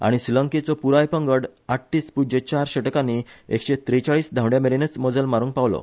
आनी श्रीलंकेचो प्राय पंगड आठ्ठीस प्ज्य चार षटकानी एकशे त्रेचाळीस धांवड्यामेरेनच मजल मारुंक पावलो